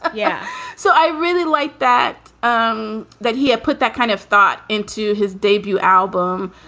yeah so i really like that, um that he had put that kind of thought into his debut album